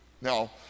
Now